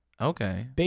Okay